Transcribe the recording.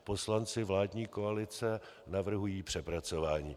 Poslanci vládní koalice navrhují přepracování.